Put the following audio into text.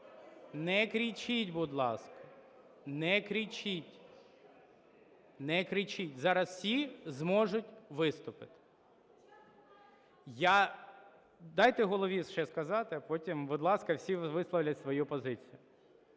Не кричіть, будь ласка. Не кричіть, зараз всі зможуть виступити. Я… Дайте Голові ще сказати, а потім, будь ласка, всі висловлять свою позицію.